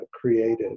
created